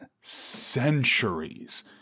centuries